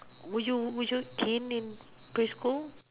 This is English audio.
would you would you gain in quit school